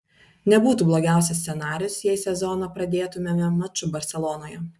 nebūtų blogiausias scenarijus jei sezoną pradėtumėme maču barselonoje